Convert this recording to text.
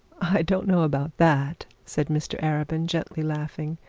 i don't know about that said mr arabin, gently laughing.